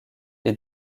est